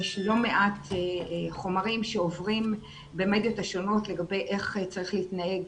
יש לא מעט חומרים שעוברים במדיות השונות לגבי איך צריך להתנהג